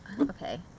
okay